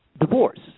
divorce